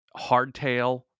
Hardtail